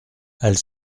elles